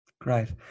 Great